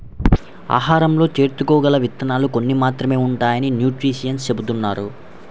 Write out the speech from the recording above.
ఆహారంలో చేర్చుకోగల విత్తనాలు కొన్ని మాత్రమే ఉంటాయని న్యూట్రిషన్స్ చెబుతున్నారు